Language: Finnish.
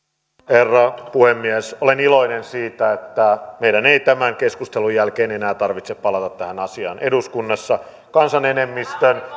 herra puhemies olen iloinen siitä että meidän ei tämän keskustelun jälkeen enää tarvitse palata tähän asiaan eduskunnassa kansan enemmistö